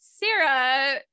Sarah